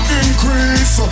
increase